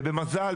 ובמזל,